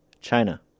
China